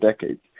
decades